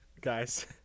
guys